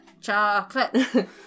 chocolate